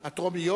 הטרומית.